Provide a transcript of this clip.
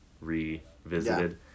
revisited